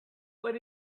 what